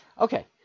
Okay